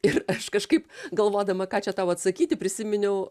ir aš kažkaip galvodama ką čia tau atsakyti prisiminiau